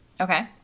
Okay